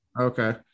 Okay